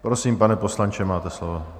Prosím, pane poslanče, máte slovo.